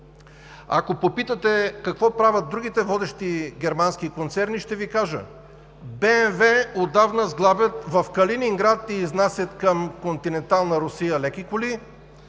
Ако попитате какво правят другите водещи германски концерни, ще Ви кажа: БМВ отдавна сглобяват в Калининград и изнасят към континентална Русия леки коли.